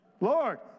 Lord